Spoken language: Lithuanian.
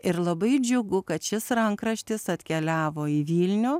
ir labai džiugu kad šis rankraštis atkeliavo į vilnių